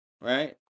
right